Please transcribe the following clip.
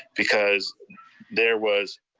because there was,